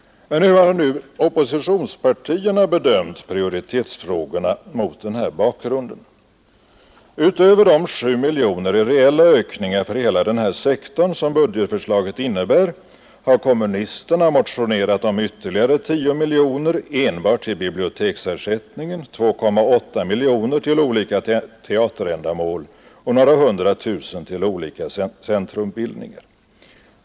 Men hur har nu oppositionspartierna bedömt prioritetsfrågorna mot denna bakgrund? Utöver de 7 miljoner kronor i reella ökningar för hela denna sektor som budgetförslaget innebär har kommunisterna motioner om ytterligare 10 miljoner enbart till biblioteksersättning, 2,8 miljoner till olika teaterändamål och några hundra tusen till olika centrumbildningar.